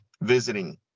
visiting